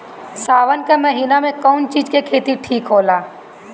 सावन के महिना मे कौन चिज के खेती ठिक होला?